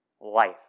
life